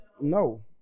No